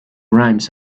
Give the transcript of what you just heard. rhymes